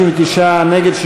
נגד,